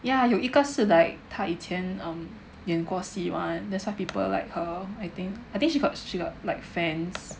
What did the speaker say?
yeah 有一个是 like 他以前 um 演过戏 one that's why people like her I think I think she got she got like fans